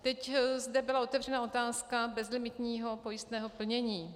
Teď zde byla otevřena otázka bezlimitního pojistného plnění.